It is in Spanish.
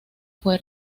fue